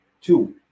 Two